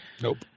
nope